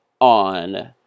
on